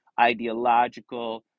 ideological